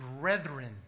brethren